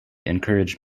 encouraged